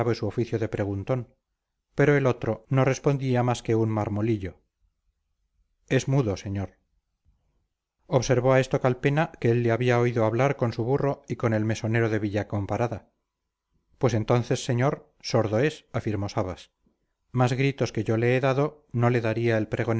su oficio de preguntón pero el otro no respondía más que un marmolillo es mudo señor observó a esto calpena que él le había oído hablar con su burro y con el mesonero de villacomparada pues entonces señor sordo es afirmó sabas más gritos que yo le he dado no le daría el